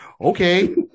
Okay